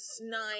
nine